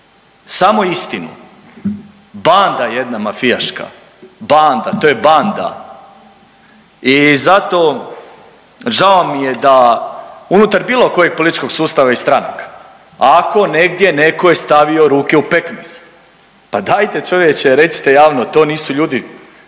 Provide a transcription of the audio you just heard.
samo istinu. Banda jedna mafijaška. Banda, to je banda. I zato, žao mi je da unutar bilo kojeg političkog sustava i stranaka, ako negdje netko je stavio ruke u pekmez, pa dajte, čovječe, recite javno, to nisu ljudi,